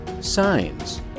Signs